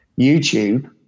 YouTube